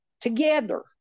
together